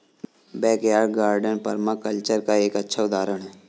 backyard garden permaculture का एक अच्छा उदाहरण हैं